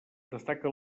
destaquen